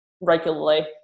regularly